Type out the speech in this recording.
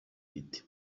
giti